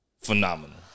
phenomenal